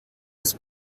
des